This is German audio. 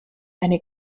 eine